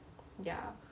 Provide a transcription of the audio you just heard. ya